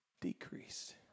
decreased